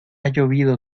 llovido